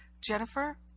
Jennifer